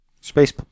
Space